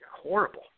horrible